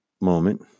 Moment